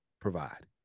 provide